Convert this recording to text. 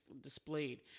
displayed